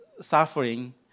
suffering